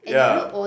yeah